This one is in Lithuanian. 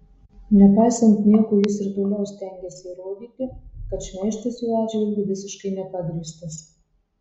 nepaisant nieko jis ir toliau stengiasi įrodyti kad šmeižtas jo atžvilgiu visiškai nepagrįstas